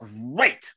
great